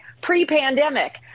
pre-pandemic